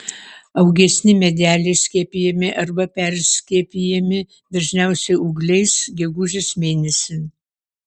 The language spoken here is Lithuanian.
augesni medeliai skiepijami arba perskiepijami dažniausiai ūgliais gegužės mėnesį